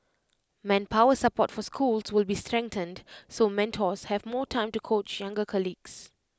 manpower support for schools will be strengthened so mentors have more time to coach younger colleagues